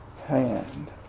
hand